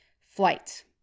flight